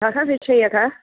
कः विषयः